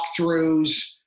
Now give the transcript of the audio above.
walkthroughs